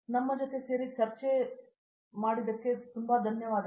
ನಮ್ಮ ಜೊತೆ ಚರ್ಚೆಗೆ ಸೇರಲು ತುಂಬಾ ಧನ್ಯವಾದಗಳು